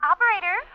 Operator